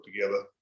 together